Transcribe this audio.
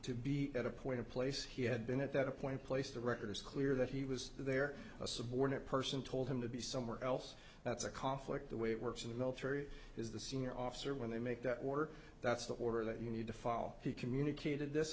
to be at a point of place he had been at that point placed the record is clear that he was there a subordinate person told him to be somewhere else that's a conflict the way it works in the military is the senior officer when they make that order that's the order that you need to follow he communicated this